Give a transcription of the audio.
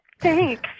Thanks